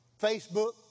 Facebook